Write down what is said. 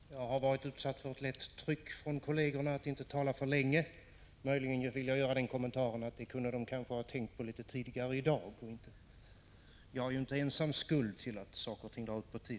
Herr talman! Jag har varit utsatt för ett lätt tryck från kollegerna att inte tala alltför länge. Möjligen vill jag göra den kommentaren att det kunde de kanske ha tänkt på själva litet tidigare i dag. Jag är ju inte ensam skuld till att debatten drar ut på tiden.